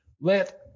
let